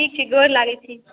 ठीक छै गोर लागैत छी